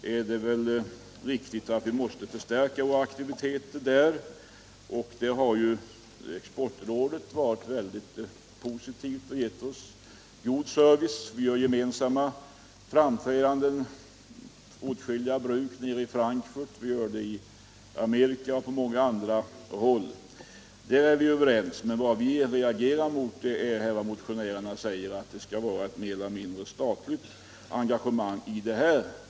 Det är riktigt att vi måste förstärka våra exportaktiviteter. Där har Sveriges exportråd varit mycket positivt och gett oss god service. Vi gör nu också flera gemensamma framträdanden, t.ex. i Västtyskland, Frankrike och USA. Om detta råder stor enighet glasbruken emellan. Men vad vi reagerar mot är att motionärerna säger att det skall vara ett mer eller mindre statligt engagemang.